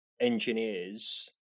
engineers